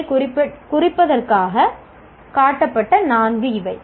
வைக் குறிப்பதற்காகக் காட்டப்பட்ட நான்கு இவை